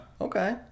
Okay